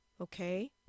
Okay